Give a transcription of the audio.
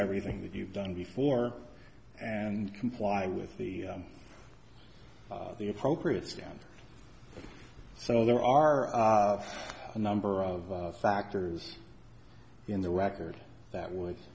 everything that you've done before and comply with the the appropriate standard so there are a number of factors in the record that would